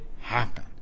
happen